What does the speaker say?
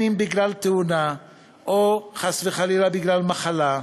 אם בגלל תאונה ואם חס וחלילה בגלל מחלה,